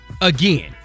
again